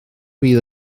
bydd